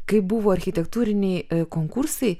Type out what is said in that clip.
kai buvo architektūriniai konkursai